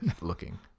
looking